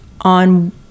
on